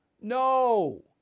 No